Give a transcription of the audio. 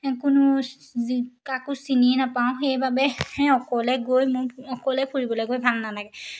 কোনো কাকো চিনি নাপাওঁ সেইবাবে সেই অকলে গৈ মোৰ অকলে ফুৰিবলে গৈ ভাল নালাগে